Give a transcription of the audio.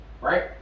Right